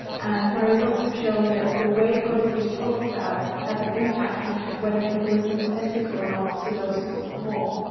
and my results have shown that the way poverty is talked about has an impact on whether people are sympathetic or not to those who are poor.